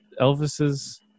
Elvis's